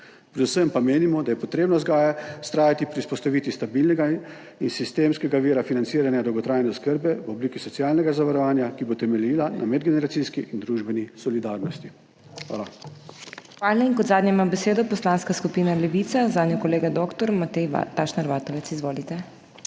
predvsem pa menimo, da je potrebno vztrajati pri vzpostavitvi stabilnega in sistemskega vira financiranja dolgotrajne oskrbe v obliki socialnega zavarovanja, ki bo temeljila na medgeneracijski in družbeni solidarnosti. Hvala. PODPREDSEDNICA MAG. MEIRA HOT: Hvala. In kot zadnja ima besedo Poslanska skupina Levica, zanjo kolega doktor Matej Tašner Vatovec. Izvolite.